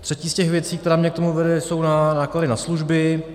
Třetí z těch věcí, která mě k tomu vede, jsou náklady na služby.